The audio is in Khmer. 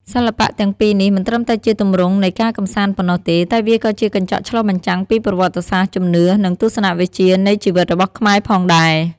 សិល្បៈទាំងពីរនេះមិនត្រឹមតែជាទម្រង់នៃការកម្សាន្តប៉ុណ្ណោះទេ តែវាក៏ជាកញ្ចក់ឆ្លុះបញ្ចាំងពីប្រវត្តិសាស្ត្រ ជំនឿ និងទស្សនវិជ្ជានៃជីវិតរបស់ខ្មែរផងដែរ។